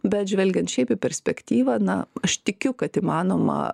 bet žvelgiant šiaip į perspektyvą na aš tikiu kad įmanoma